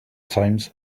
times